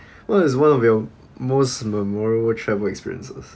what is one of your most memorial travel experiences